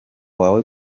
wawe